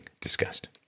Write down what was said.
discussed